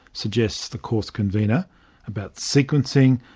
suggests the course convener about sequencing,